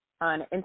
On